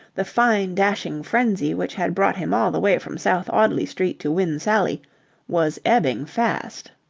the fine dashing frenzy which had brought him all the way from south audley street to win sally was ebbing fast.